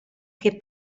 che